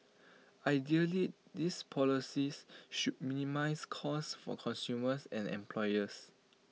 ideally these policies should minimise cost for consumers and employers